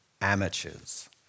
amateurs